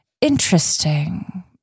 Interesting